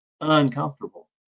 uncomfortable